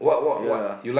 ya